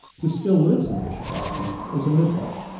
who still lives in bishop auckland, was a midwife,